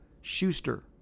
Schuster